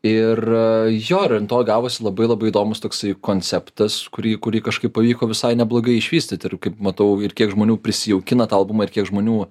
ir jo ir ant to gavosi labai labai įdomus toksai konceptas kurį kurį kažkaip pavyko visai neblogai išvystyti ir kaip matau ir kiek žmonių prisijaukina tą albumą ir kiek žmonių